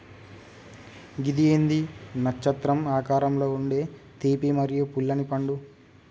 గిది ఏంది నచ్చత్రం ఆకారంలో ఉండే తీపి మరియు పుల్లనిపండు